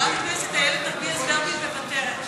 חברת הכנסת איילת נחמיאס ורבין מוותרת.